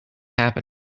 happening